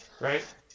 Right